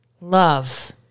love